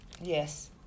Yes